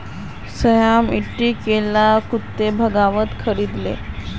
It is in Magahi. श्याम ईटी केला कत्ते भाउत खरीद लो